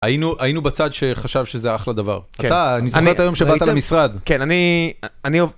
היינו, היינו בצד שחשב שזה אחלה דבר. אתה, אני זוכר את היום שבאת למשרד. כן, אני, אני